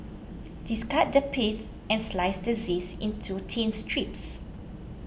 discard the pith and slice the zest into thin strips